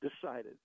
decided